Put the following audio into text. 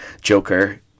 Joker